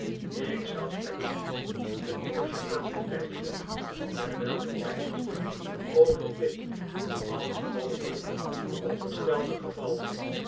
ik zat peggotty een poosje aan te kijken terwijl ik peinsde over dit als mogelijk veronderstelde geval